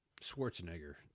Schwarzenegger